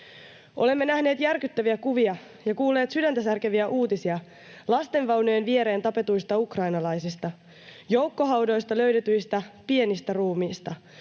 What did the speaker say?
Olemme nähneet järkyttäviä kuvia ja kuulleet sydäntäsärkeviä uutisia lastenvaunujen viereen tapetuista ukrainalaisista, joukkohaudoista löydetyistä pienistä ruumiista,